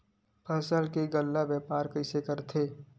फसल के गल्ला व्यापार कइसे करथे?